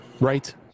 Right